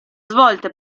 svolte